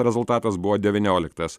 rezultatas buvo devynioliktas